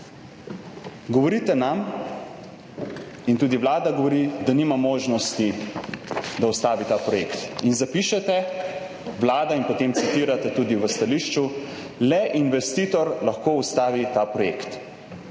Govorite nam in tudi Vlada govori, da nima možnosti, da ustavi ta projekt in zapišete, Vlada in potem citirate tudi v stališču, »le investitor lahko ustavi ta projekt«.